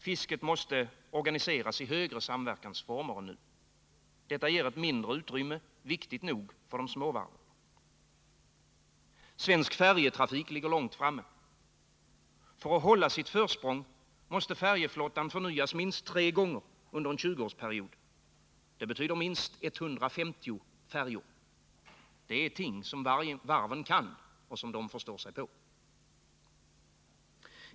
Fisket måste organiseras i högre samverkansformer än nu. Detta ger ett mindre utrymme, viktigt nog för de små varven. Svensk färjetrafik ligger långt framme. För att hålla sitt försprång måste färjeflottan förnyas minst tre gånger under en 20-årsperiod. Det betyder minst 150 färjor. Det är ting som varven kan och som de förstår sig på.